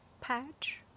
patch